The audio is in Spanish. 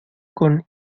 con